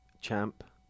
champ